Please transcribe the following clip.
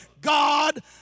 god